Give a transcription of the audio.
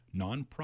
nonprofit